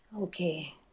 Okay